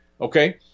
Okay